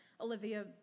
Olivia